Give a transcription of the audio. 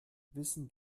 wissen